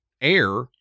air